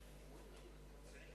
דקות.